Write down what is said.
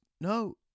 No